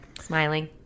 smiling